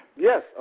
Yes